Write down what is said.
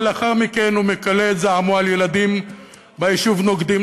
ולאחר מכן הוא מכלה את זעמו על ילדים ביישוב נוקדים.